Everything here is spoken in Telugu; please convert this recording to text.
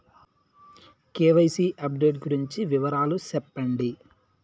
కె.వై.సి అప్డేట్ గురించి వివరాలు సెప్పండి?